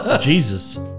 Jesus